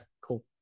cool